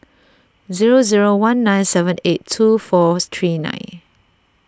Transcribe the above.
zero zero one nine seven eight two four three nine